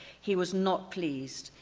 he was not pleased.